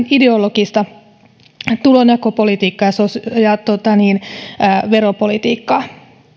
ideologista tulonjakopolitiikkaa ja veropolitiikkaa